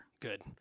Good